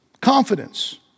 confidence